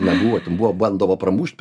meluoti buvo bandoma pramušt